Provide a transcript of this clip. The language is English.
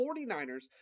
49ers